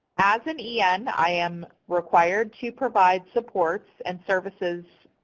as an en, i am required to provide supports and services